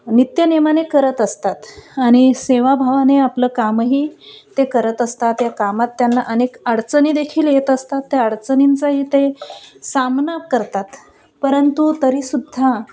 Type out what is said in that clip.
नित्य नियमाने करत असतात आणि सेवाभवाने आपलं कामही ते करत असतात या कामात त्यांना अनेक अडचणीदेखील येत असतात त्या अडचणींचाही ते सामना करतात परंतु तरीसुद्धा